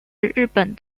日本